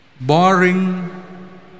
Boring